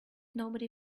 nobody